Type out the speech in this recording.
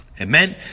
Amen